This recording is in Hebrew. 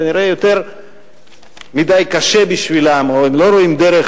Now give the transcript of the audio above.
כנראה יותר מדי קשה בשבילם, או הם לא רואים דרך,